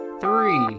three